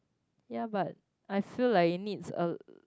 yeah but I feel like it needs a